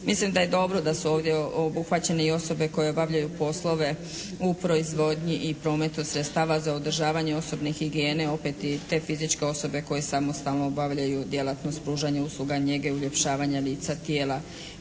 Mislim da je dobro da su ovdje obuhvaćene i osobe koje obavljaju poslove u proizvodnji i prometu sredstava za održavanje osobne higijene, opet i te fizičke osobe koje samostalno obavljaju djelatnost pružanja usluga, njege, uljepšavanja lica, tijela,